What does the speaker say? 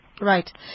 right